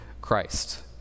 Christ